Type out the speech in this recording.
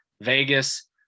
Vegas